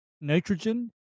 nitrogen